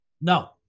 No